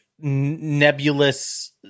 nebulous